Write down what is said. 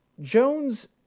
Jones